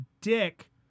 dick